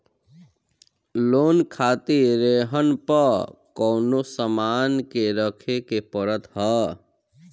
loan खातिर रेहन पअ कवनो सामान के रखे के पड़त हअ